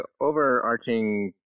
overarching